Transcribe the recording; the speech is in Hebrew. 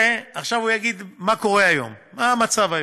עכשיו הוא יגיד מה קורה היום, מה המצב היום: